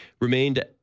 remained